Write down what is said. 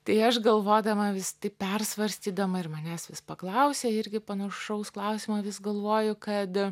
tai aš galvodama vis taip persvarstydama ir manęs vis paklausia irgi panašaus klausimo vis galvoju kad